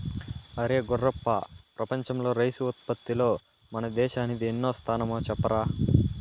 అరే గుర్రప్ప ప్రపంచంలో రైసు ఉత్పత్తిలో మన దేశానిది ఎన్నో స్థానమో చెప్పరా